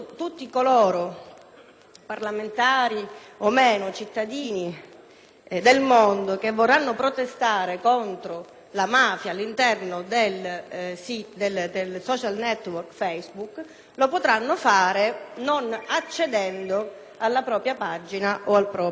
parlamentari o meno, tutti i cittadini del mondo che vorranno protestare contro la mafia all'interno del *social network* Facebook, potranno farlo non accedendo alla propria pagina o al proprio *account*.